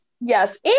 yes